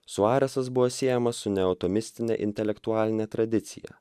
suaresas buvo siejamas su neotomistine intelektualine tradicija